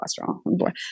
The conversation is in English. cholesterol